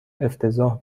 افتضاح